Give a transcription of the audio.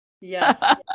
Yes